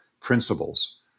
principles